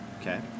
Okay